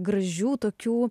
gražių tokių